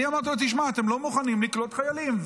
אני אמרתי לו: תשמע, אתם לא מוכנים לקלוט חיילים.